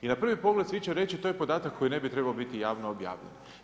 I na prvi pogled svi će reći to je podatak koji ne bi trebao biti javno objavljen.